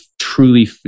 truly